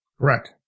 Correct